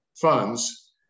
funds